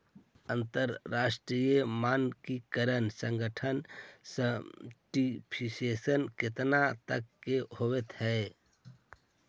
अंतरराष्ट्रीय मानकीकरण संगठन सर्टिफिकेट केतना तरह के होब हई?